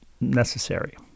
necessary